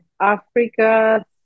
Africa